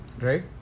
right